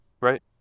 Right